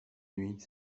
nuit